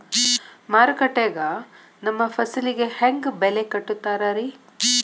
ಮಾರುಕಟ್ಟೆ ಗ ನಮ್ಮ ಫಸಲಿಗೆ ಹೆಂಗ್ ಬೆಲೆ ಕಟ್ಟುತ್ತಾರ ರಿ?